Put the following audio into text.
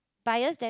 bias then